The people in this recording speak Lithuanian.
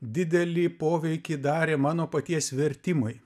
didelį poveikį darė mano paties vertimai